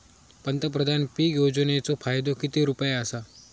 पंतप्रधान पीक योजनेचो फायदो किती रुपये आसा?